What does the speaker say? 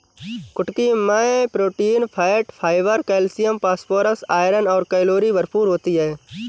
कुटकी मैं protein, fat, fibre, calcium, phosphorus, iron और कैलोरी भरपूर होती है